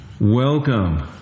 Welcome